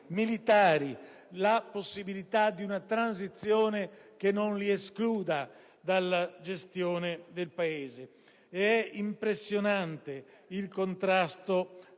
militari la possibilità di una transizione che non li escluda dalla gestione del Paese. È impressionante il contrasto